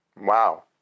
wow